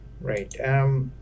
Right